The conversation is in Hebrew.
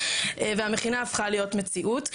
והמכינה הפכה להיות מציאות.